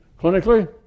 clinically